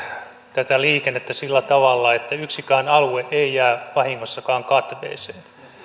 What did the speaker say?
tätä liikennettä sillä tavalla että yksikään alue ei jää vahingossakaan katveeseen